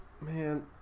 man